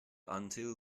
until